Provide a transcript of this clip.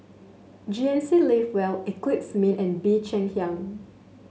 G N C Live Well Eclipse Mean and Bee Cheng Hiang